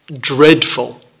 dreadful